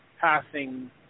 passing